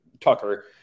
Tucker